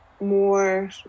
more